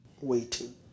waiting